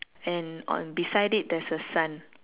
and on beside it there's a sun